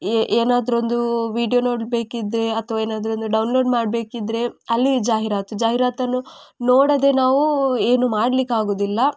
ಏನಾದರೊಂದೂ video ನೋಡಬೇಕಿದ್ರೆ ಅಥವಾ ಏನಾದರೊಂದು ಡೌನ್ಲೋಡ್ ಮಾಡಬೇಕಿದ್ರೆ ಅಲ್ಲಿ ಜಾಹಿರಾತು ಜಾಹಿರಾತನ್ನು ನೋಡದೆ ನಾವೂ ಏನು ಮಾಡ್ಲಿಕ್ಕಾಗುವುದಿಲ್ಲ